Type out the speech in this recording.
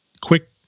Quick